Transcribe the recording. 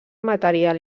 material